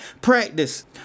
practice